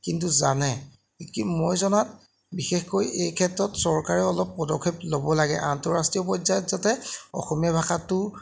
কিন্তু জানে কি মই জনাত বিশেষকৈ এই ক্ষেত্ৰত চৰকাৰেও অলপ পদক্ষেপ ল'ব লাগে আন্তঃৰাষ্ট্ৰীয় পৰ্যায়ত যাতে অসমীয়া ভাষাটো